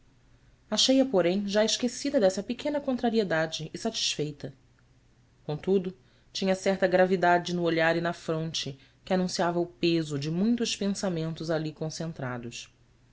recíproca achei-a porém já esquecida dessa pequena contrariedade e satisfeita contudo tinha certa gravidade no olhar e na fronte que anunciava o peso de muitos pensamentos ali concentrados